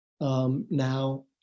Now